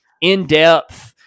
in-depth